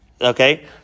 Okay